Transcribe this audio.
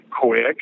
quick